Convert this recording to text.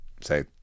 say